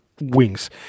wings